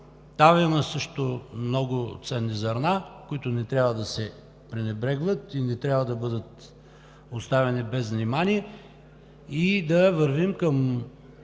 Там също има много ценни зърна, които не трябва да се пренебрегват и не трябва да бъдат оставяни без внимание. Да вървим към